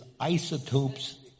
Isotope's